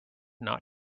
not